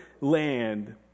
land